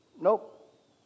nope